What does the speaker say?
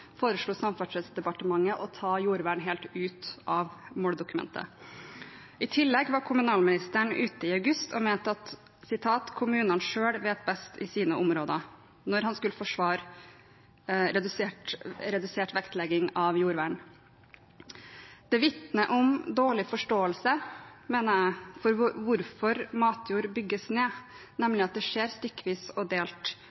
Samferdselsdepartementet å ta jordvern helt ut av måldokumentet. I tillegg var kommunalministeren ute i august og mente at «kommunene selv vet best i sine områder» da han skulle forsvare redusert vektlegging av jordvern. Det vitner om dårlig forståelse for hvorfor matjord bygges ned, nemlig at det skjer stykkevis og delt